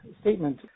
statement